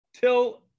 till